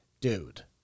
Dude